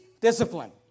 discipline